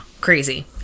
crazy